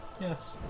Yes